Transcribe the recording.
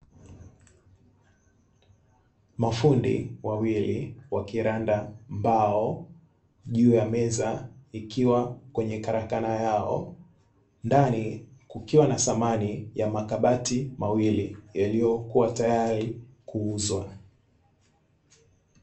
Mafundi wawili wakiranda mbao juu ya meza ikiwa kwenye karakana yao. Ndani kukiwa na samani ya makabati mawili yaliyokuwa tayari kuuzwa.